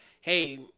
hey